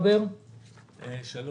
טלי לאופר, בבקשה.